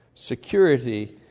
security